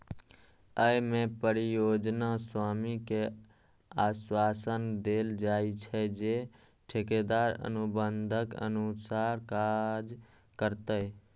अय मे परियोजना स्वामी कें आश्वासन देल जाइ छै, जे ठेकेदार अनुबंधक अनुसार काज करतै